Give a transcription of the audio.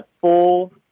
full